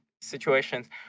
situations